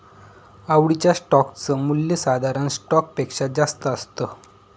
आवडीच्या स्टोक च मूल्य साधारण स्टॉक पेक्षा जास्त असत